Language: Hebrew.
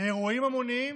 אירועים המוניים,